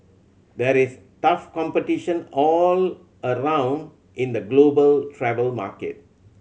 there is tough competition all around in the global travel market